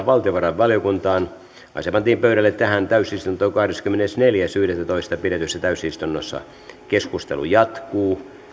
valtiovarainvaliokuntaan asia pantiin pöydälle tähän täysistuntoon kahdeskymmenesneljäs yhdettätoista kaksituhattaviisitoista pidetyssä täysistunnossa keskustelu jatkuu